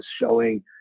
showing